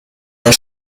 der